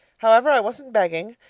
however, i wasn't begging!